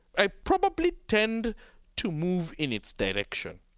i probably tend to move in its direction.